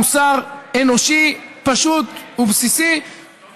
מוסר אנושי פשוט ובסיסי,